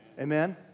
Amen